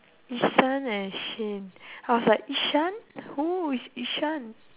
yee-shan and shane I was like ishan who is ishan